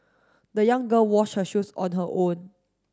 the young girl wash her shoes on her own